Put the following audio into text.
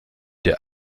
der